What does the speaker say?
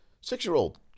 Six-year-old